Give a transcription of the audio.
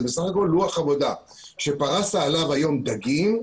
בסך הכול לוח עבודה שפרסת עליו היום דגים,